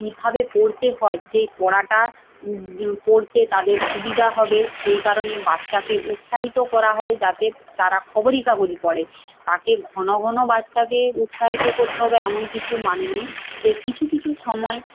কীভাবে পড়তে হয় সেই পড়াটা পড়তে তাদের সুবিধা হবে সেই কারণে বাচ্চাকে উৎসাহিত করা হয় যাতে তারা খবরি কাগজ পড়ে তাকে ঘন ঘন বাচ্চাকে উৎসাহিত করতে হবে এমন কিছু মানে নেই সে কিছু কিছু সময়